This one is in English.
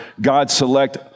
God-select